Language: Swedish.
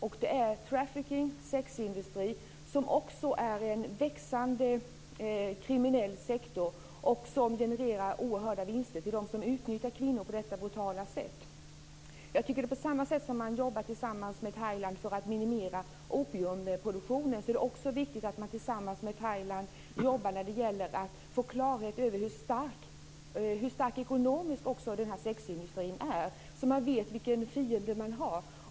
Det gäller trafficking och sexindustri, som också är en växande kriminell sektor och som genererar oerhörda vinster till dem som utnyttjar kvinnor på detta brutala sätt. På samma sätt som man jobbar med Thailand för att minimera opiumproduktionen tycker jag att det är viktigt att man tillsammans med Thailand jobbar när det gäller att få klarhet i hur ekonomiskt stark sexindustrin är, så att man vet vilken fiende man har.